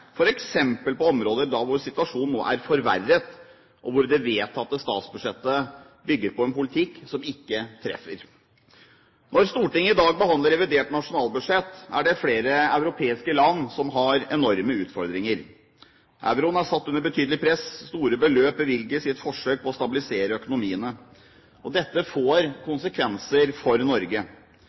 f.eks. på områder hvor situasjonen nå er forverret, og hvor det vedtatte statsbudsjettet bygger på en politikk som ikke treffer. Når Stortinget i dag behandler revidert nasjonalbudsjett, er det flere europeiske land som har enorme utfordringer. Euroen er satt under betydelig press, og store beløp bevilges i et forsøk på å stabilisere økonomiene. Dette får konsekvenser for Norge.